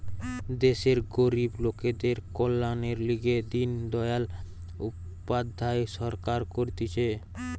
দেশের গরিব লোকদের কল্যাণের লিগে দিন দয়াল উপাধ্যায় সরকার করতিছে